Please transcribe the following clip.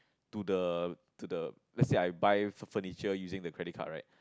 to the to the let's say I buy furniture using the credit card right